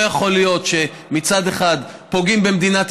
לא יכול להיות שמצד אחד פוגעים במדינת